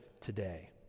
today